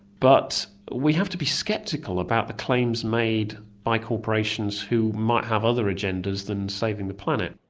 but we have to be sceptical about the claims made by corporations who might have other agendas than saving the planet.